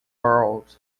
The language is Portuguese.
world